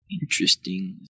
Interesting